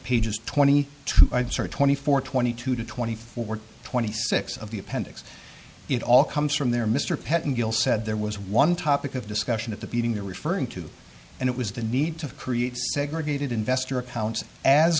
pages twenty to twenty four twenty two twenty four twenty six of the appendix it all comes from there mr pettengill said there was one topic of discussion at the beating you're referring to and it was the need to create segregated investor accounts as